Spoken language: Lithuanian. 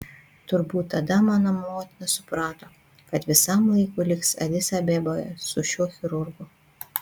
turbūt tada mano motina suprato kad visam laikui liks adis abeboje su šiuo chirurgu